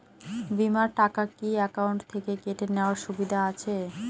বিমার টাকা কি অ্যাকাউন্ট থেকে কেটে নেওয়ার সুবিধা আছে?